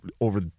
over